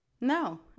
No